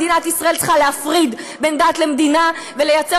מדינת ישראל צריכה להפריד בין דת למדינה ולייצר